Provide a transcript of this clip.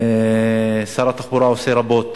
שר התחבורה עושה רבות